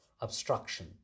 obstruction